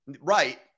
Right